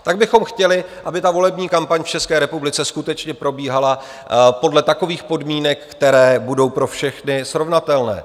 Pak bychom chtěli, aby ta volební kampaň v České republice skutečně probíhala podle takových podmínek, které budou pro všechny srovnatelné.